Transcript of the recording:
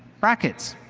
brackets.